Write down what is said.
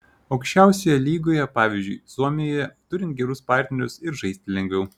aukščiausioje lygoje pavyzdžiui suomijoje turint gerus partnerius ir žaisti lengviau